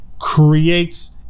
creates